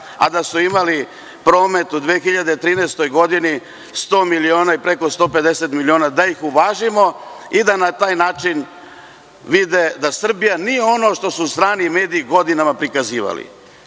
a da su imali promet u 2013. godini 100 miliona i preko 150 miliona, da ih uvažimo i da na taj način vide da Srbija nije ono što su strani mediji godinama prikazivali. Kako